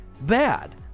bad